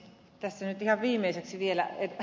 tässä nyt ihan viimeiseksi vielä ed